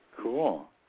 Cool